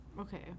Okay